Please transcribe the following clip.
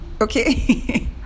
okay